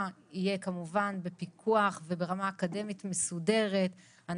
יהיה כמובן בפיקוח וברמה אקדמית מסודרת.